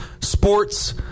sports